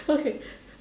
okay